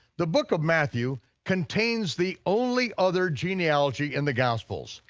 the book of matthew contains the only other genealogy in the gospels.